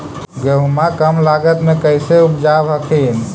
गेहुमा कम लागत मे कैसे उपजाब हखिन?